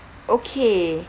okay